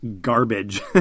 garbage